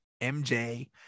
mj